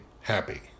happy